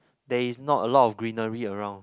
there is not a lot of greenery around